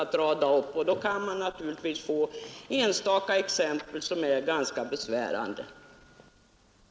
Då kan man få resultat som verkar ganska besvärande även om de sällan förekommer i verkligheten.